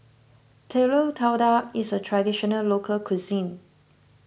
Telur Dadah is a Traditional Local Cuisine